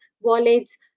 wallets